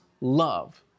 love